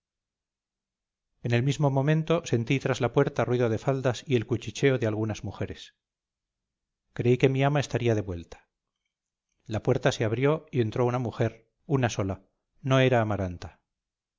en el mismo momento sentí tras la puerta ruido de faldas y el cuchicheo de algunas mujeres creí que mi ama estaría de vuelta la puerta se abrió y entró una mujer una sola no era amaranta